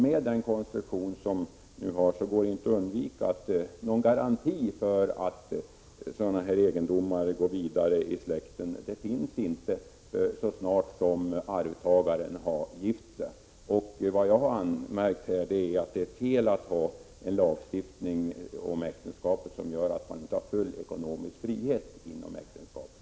Med den konstruktion majoriteten nu väljer, finns det inte någon garanti för att sådan egendom går vidare i släkten, så snart arvtagaren har gift sig. Vad jag har anmärkt här är att det är fel att ha en lagstiftning om äktenskapet som gör att man inte har full ekonomisk frihet som gift i de fall jag angett.